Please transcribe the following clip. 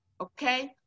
okay